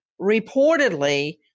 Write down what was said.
reportedly